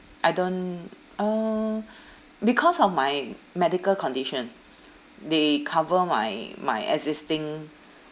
I don't uh because of my medical condition they cover my my existing